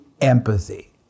empathy